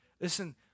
listen